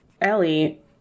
Ellie